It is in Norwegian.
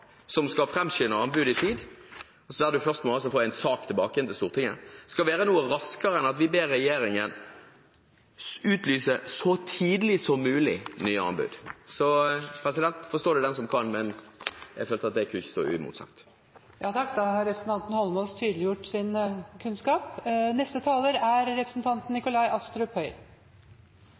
som skal framskynde anbudet i tid – der du altså først må få en sak tilbake til Stortinget – skal være noe raskere enn at vi ber regjeringen utlyse nye anbud «så tidlig som mulig». Forstå det den som kan, men jeg følte at det ikke kunne stå uimotsagt. Da har representanten Eidsvoll Holmås tydeliggjort sin kunnskap.